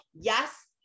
yes